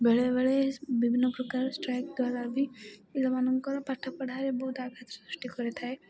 ବେଳେ ବେଳେ ବିଭିନ୍ନପ୍ରକାର ଷ୍ଟ୍ରାଇକ୍ ଦ୍ୱାରା ପିଲାମାନଙ୍କର ପାଠପଢ଼ାରେ ବହୁତ ଆଘାତ ସୃଷ୍ଟି କରିଥାଏ